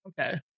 Okay